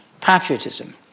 patriotism